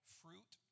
fruit